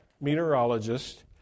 meteorologist